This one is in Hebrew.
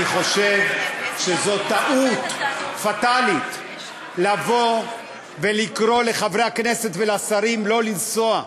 אני חושב שזאת טעות פטאלית לקרוא לחברי הכנסת ולשרים לא לנסוע.